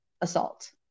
assault